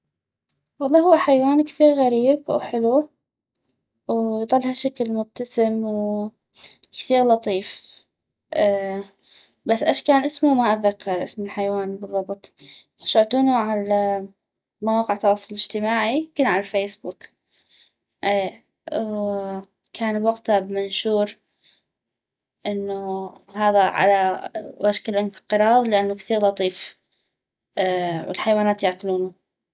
والله هو حيوان كثيغ غريب وحلو ويظل هشكل مبتسم وكثيغ لطيف بس اش كان اسمو ما اذكر اسم الحيوان بالضبط غشعتونو عل مواقع التواصل الاجتماعي يمكن عل فيسبوك اي وكان بوقتا بمنشور انو هذا على وشك الانقراض لانو كثيغ لطيف والحيوانات ياكلونو